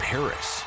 Paris